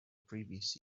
previous